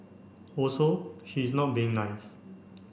also she is not being nice